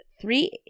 three